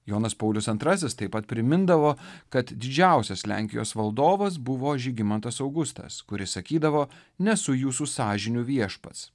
jonas paulius antrasis taip pat primindavo kad didžiausias lenkijos valdovas buvo žygimantas augustas kuris sakydavo nesu jūsų sąžinių viešpats